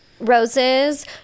Roses